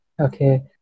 okay